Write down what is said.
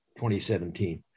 2017